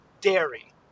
dairy